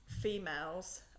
females